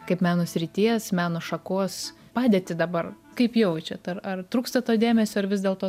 kaip meno srities meno šakos padėtį dabar kaip jaučiat ar ar trūksta to dėmesio ar vis dėlto